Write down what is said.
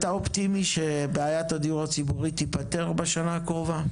אתה אופטימי שבעיית הדיור הציבורי תיפטר בשנה הקרובה?